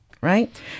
right